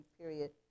period